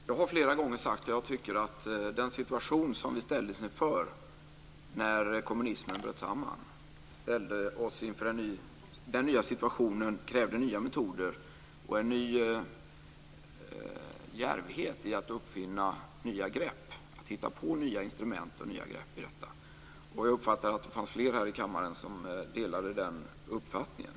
Herr talman! Jag har flera gånger sagt att jag tycker att den nya situation som vi ställdes inför när kommunismen bröt samman krävde nya metoder och en ny djärvhet i att uppfinna och hitta på nya instrument och nya grepp i detta. Jag tror att det är flera här i kammaren som delar den uppfattningen.